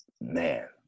Man